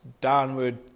downward